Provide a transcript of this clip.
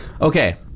Okay